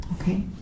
okay